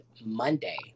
Monday